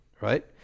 right